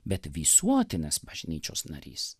bet visuotinės bažnyčios narys